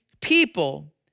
people